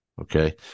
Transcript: okay